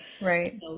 right